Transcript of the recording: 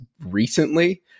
recently